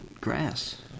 grass